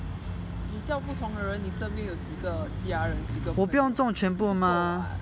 你叫不同的人你身边有几个家人几个朋友也是不够 [what]